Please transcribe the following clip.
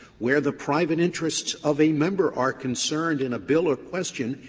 where the private interests of a member are concerned in a bill or question,